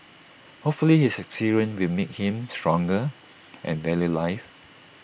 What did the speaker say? hopefully this experience will make him stronger and value life